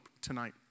tonight